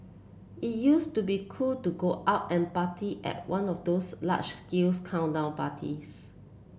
it used to be cool to go out and party at one of those large scale countdown parties